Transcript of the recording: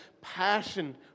passion